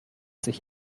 sich